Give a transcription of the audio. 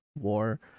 war